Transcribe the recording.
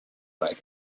wagon